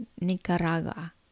Nicaragua